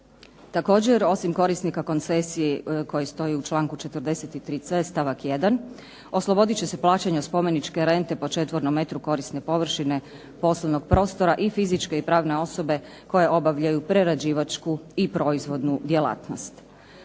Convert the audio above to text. Također osim korisnika koncesije koji stoji u članku 43.c stavak 1., oslobodit će se plaćanja spomeničke rente po četvornom metru korisne površine poslovnog prostora i fizičke i pravne osobe koje obavljaju prerađivačku i proizvodnu djelatnost.